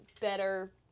better